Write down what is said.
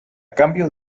cambio